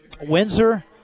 Windsor